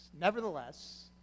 Nevertheless